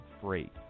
free